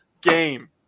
game